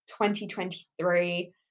2023